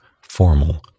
formal